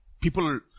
people